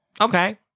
Okay